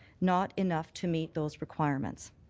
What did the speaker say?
not enough to meet those requirements.